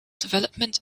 development